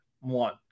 one